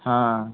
हा